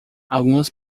algumas